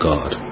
God